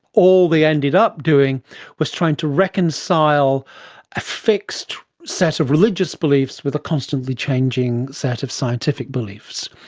all they ended up doing was trying to reconcile a fixed set of religious beliefs with a constantly changing set of scientific beliefs,